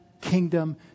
kingdom